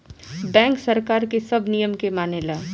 bank सरकार के सब नियम के मानेला